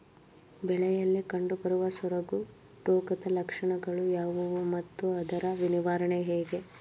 ಬೆಳೆಯಲ್ಲಿ ಕಂಡುಬರುವ ಸೊರಗು ರೋಗದ ಲಕ್ಷಣಗಳು ಯಾವುವು ಮತ್ತು ಅದರ ನಿವಾರಣೆ ಹೇಗೆ?